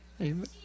Amen